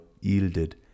yielded